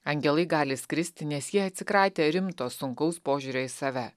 angelai gali skristi nes jie atsikratę rimto sunkaus požiūrio į save